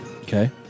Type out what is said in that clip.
Okay